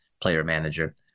player-manager